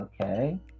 Okay